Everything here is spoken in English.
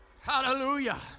Hallelujah